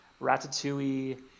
Ratatouille